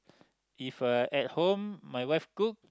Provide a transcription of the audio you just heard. if I at home my wife cook